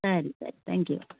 ಸರಿ ಸರಿ thank you